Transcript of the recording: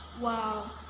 wow